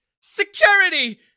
Security